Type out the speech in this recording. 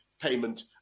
payment